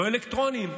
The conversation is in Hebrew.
לא אלקטרוניים,